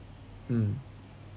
mm